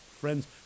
friends